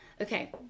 Okay